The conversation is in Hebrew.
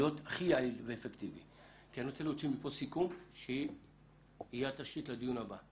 יעיל ואפקטיבי כי אני רוצה להוציא מכאן סיכום שיהווה תשתית לדיון הבא.